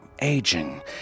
Aging